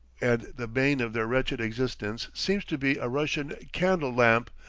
and the bane of their wretched existence seems to be a russian candle-lamp,